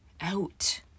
out